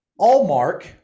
Allmark